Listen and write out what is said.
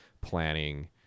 planning